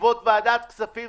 לישיבות ועדת הכספים,